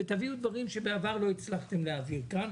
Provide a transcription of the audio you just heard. ותביאו דברים שבעבר לא הצלחתם להעביר כאן.